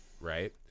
Right